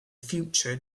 future